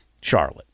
Charlotte